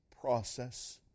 process